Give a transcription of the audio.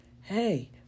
Hey